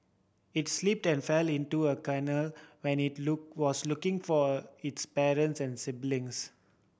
it slipped and fell into a canal when it look was looking for its parents and siblings